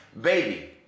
Baby